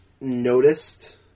noticed